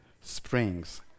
springs